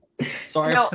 Sorry